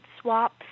swap